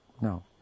No